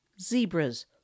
zebras